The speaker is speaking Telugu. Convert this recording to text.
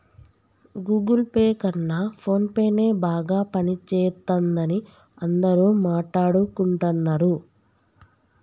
గుగుల్ పే కన్నా ఫోన్పేనే బాగా పనిజేత్తందని అందరూ మాట్టాడుకుంటన్నరు